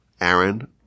Aaron